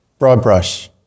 Broadbrush